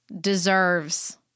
deserves